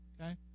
Okay